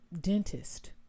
dentist